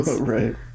Right